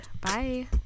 Bye